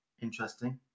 Interesting